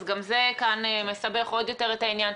אז גם זה כאן מסבך עוד יותר את העניין,